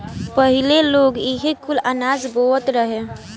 पहिले लोग इहे कुल अनाज बोअत रहे